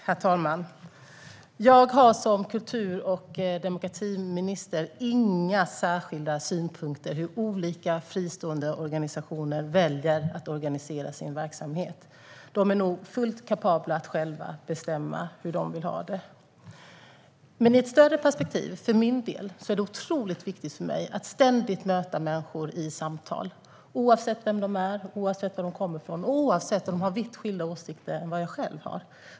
Herr talman! Jag har som kultur och demokratiminister inga särskilda synpunkter på hur olika fristående organisationer väljer att organisera sin verksamhet. De är nog fullt kapabla att själva bestämma hur de vill ha det. Men i ett större perspektiv är det för min del otroligt viktigt att ständigt möta människor i samtal, oavsett vilka de är, oavsett var de kommer från och oavsett om de har vitt skilda åsikter jämfört med vad jag har.